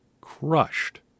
crushed